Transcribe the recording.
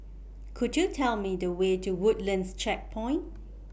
Could YOU Tell Me The Way to Woodlands Checkpoint